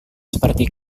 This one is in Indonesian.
seperti